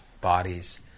bodies